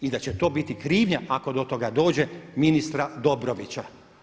I da će to biti krivnja ako do toga dođe ministra Dobrovića.